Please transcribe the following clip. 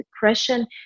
depression